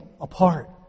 apart